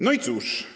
No i cóż?